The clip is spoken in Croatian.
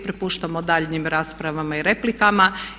Prepuštamo daljnjem raspravama i replikama.